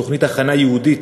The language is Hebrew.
תוכנית הכנה ייעודית